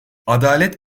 adalet